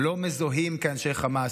הם לא מזוהים כאנשי חמאס,